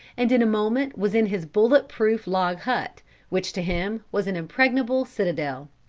and in a moment was in his bullet-proof log-hut, which to him was an impregnable citadel.